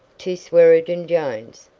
to swearengen jones,